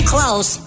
Close